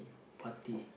party